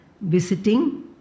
visiting